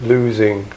losing